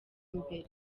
imbere